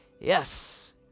yes